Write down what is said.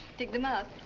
dig them up.